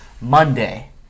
Monday